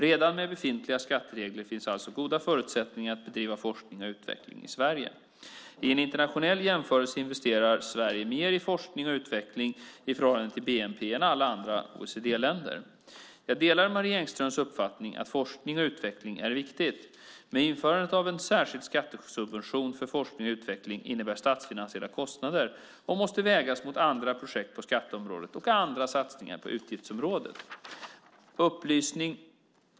Redan med befintliga skatteregler finns alltså goda förutsättningar att bedriva forskning och utveckling i Sverige. I en internationell jämförelse investerar Sverige mer i forskning och utveckling i förhållande till bnp än alla andra OECD-länder. Jag delar Marie Engströms uppfattning att forskning och utveckling är viktigt. Men införandet av en särskild skattesubvention för forskning och utveckling innebär statsfinansiella kostnader och måste vägas mot andra projekt på skatteområdet och andra satsningar på utgiftsområdet.